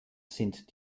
sind